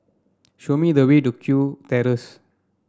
show me the way to Kew Terrace